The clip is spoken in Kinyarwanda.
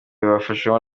babifashijwemo